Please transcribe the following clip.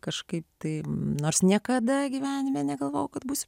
kažkaip tai nors niekada gyvenime negalvojau kad būsiu